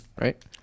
right